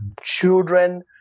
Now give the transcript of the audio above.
children